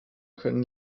können